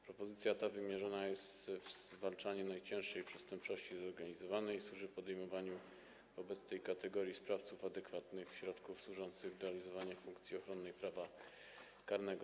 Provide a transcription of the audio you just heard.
Propozycja ta wymierzona jest w zwalczanie najcięższej przestępczości zorganizowanej i służy podejmowaniu wobec tej kategorii sprawców adekwatnych środków służących do realizowania funkcji ochronnych prawa karnego.